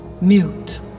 mute